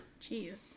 Jeez